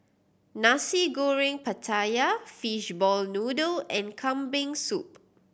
Nasi Goreng Pattaya Fishball Noodle and Kambing Soup